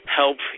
help